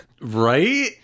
Right